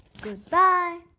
goodbye